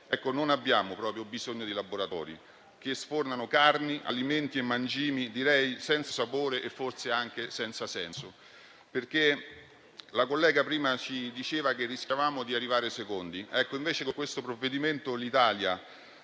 non abbiamo proprio bisogno di laboratori che sfornano carni, alimenti e mangimi senza sapore e forse anche senza senso. La collega prima diceva che rischiamo di arrivare secondi; invece con questo provvedimento l'Italia